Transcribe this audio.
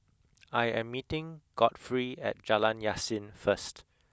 I am meeting Godfrey at Jalan Yasin first